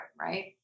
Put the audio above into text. right